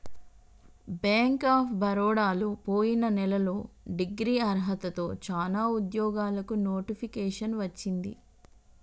bank of బరోడలో పొయిన నెలలో డిగ్రీ అర్హతతో చానా ఉద్యోగాలకు నోటిఫికేషన్ వచ్చింది